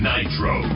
Nitro